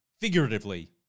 figuratively